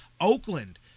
Oakland